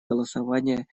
голосования